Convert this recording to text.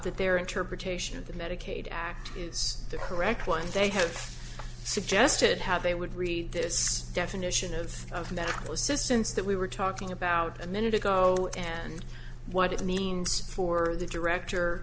that their interpretation of the medicaid act is the correct one they have suggested how they would read this definition of of medical assistance that we were talking about a minute ago and what it means for the director